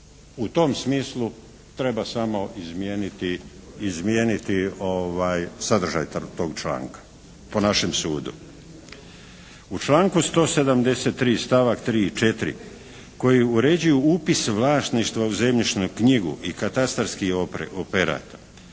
U tom smislu treba samo izmijeniti sadržaj tog članka, po našem sudu. U članku 173. stavak 3. i 4. koji uređuju upis vlasništva u zemljišnu knjigu i katastarski operat